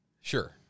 Sure